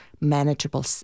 manageable